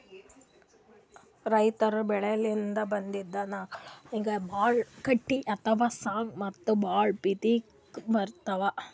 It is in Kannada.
ರೈತರ್ ಬೆಳಿಲಿನ್ದ್ ಬಂದಿಂದ್ ನಾರ್ಗಳಿಗ್ ಭಾಳ್ ಗಟ್ಟಿ ಅಥವಾ ಸ್ಟ್ರಾಂಗ್ ಮತ್ತ್ ಭಾಳ್ ಬಿಗಿತ್ ಇರ್ತವ್